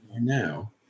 now